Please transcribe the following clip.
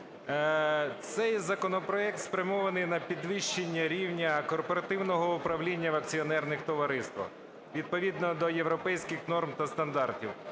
Цей законопроект спрямований на підвищення рівня корпоративного управління в акціонерних товариствах, відповідно до європейських норм та стандартів.